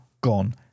Gone